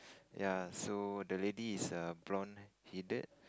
ya so the lady is a blonde headed